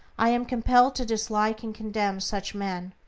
i am compelled to dislike and condemn such men.